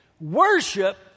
Worship